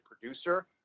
producer